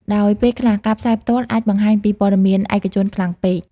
ដោយពេលខ្លះ ការផ្សាយផ្ទាល់ អាចបង្ហាញពីព័ត៌មានឯកជនខ្លាំងពេក។